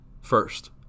first